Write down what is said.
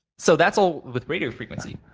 so, that's all with radio frequency,